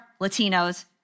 Latinos